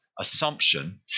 assumption